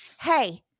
hey